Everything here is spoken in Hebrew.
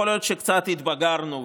יכול להיות שקצת התבגרנו,